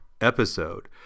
episode